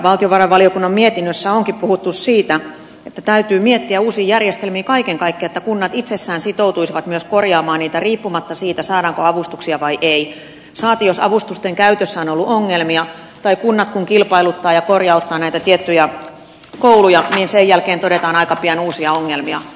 valtiovarainvaliokunnan mietinnössä onkin puhuttu siitä että täytyy miettiä uusia järjestelmiä kaiken kaikkiaan että kunnat itsessään sitoutuisivat myös korjaamaan niitä riippumatta siitä saadaanko avustuksia vai ei saati jos avustusten käytössä on ollut ongelmia tai kun kunnat kilpailuttavat ja korjauttavat näitä tiettyjä kouluja niin sen jälkeen todetaan aika pian uusia ongelmia